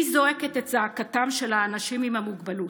אני זועקת את זעקתם של האנשים עם המוגבלות.